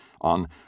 on